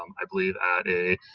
um i believe a